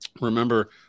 Remember